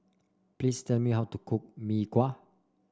please tell me how to cook Mee Kuah